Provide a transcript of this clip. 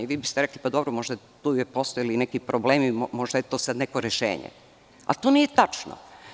Vi biste rekli – pa, dobro možda su tu postojali neki problemi, možda je to sada neko rešenje, ali to nije tačno.